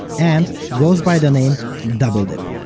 and goes by the name doubledip.